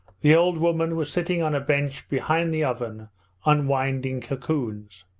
the old woman was sitting on a bench behind the oven unwinding cocoons.